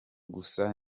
gusa